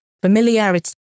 Familiarity